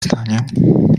stanie